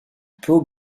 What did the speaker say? pau